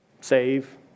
save